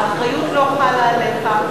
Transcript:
האחריות לא חלה עליך,